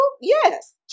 Yes